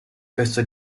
festa